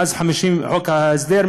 חוק ההסדר,